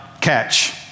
catch